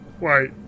Wait